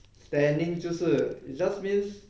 stanning 就是 it just means